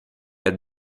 had